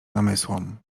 namysłom